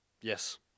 Yes